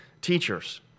teachers